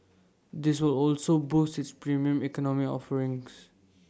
this will also boost its Premium Economy offerings